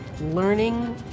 learning